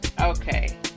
Okay